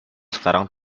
sekarang